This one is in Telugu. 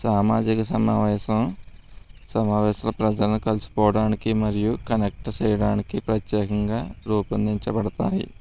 సామాజిక సమావేశం సమావేశం ప్రజలను కలుసుకోవడానికి మరియు కనెక్ట్ చేయడానికి ప్రత్యేకంగా రూపొందించబడతాయి